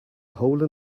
hole